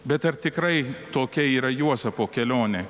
bet ar tikrai tokia yra juozapo kelionė